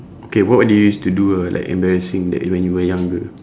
okay what what did you used to do uh like embarrassing that when you were younger